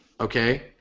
Okay